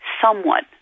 somewhat